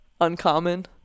uncommon